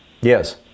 Yes